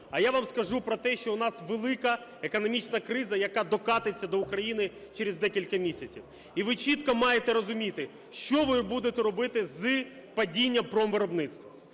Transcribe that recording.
а я вам скажу про те, що в нас велика економічна криза, яка докотиться до України через декілька місяців, і ви чітко маєте розуміти, що ви будете робити з падінням промвиробництва,